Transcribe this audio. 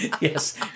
Yes